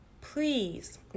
please